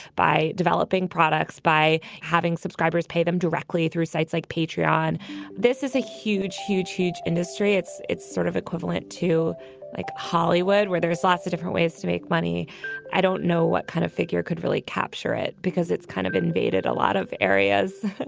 by developing products, by having subscribers pay them directly through sites like patra on this is a huge, huge, huge industry. it's it's sort of equivalent to like hollywood, where there's lots of different ways to make money i don't know what kind of figure could really capture it because it's kind of invaded a lot of areas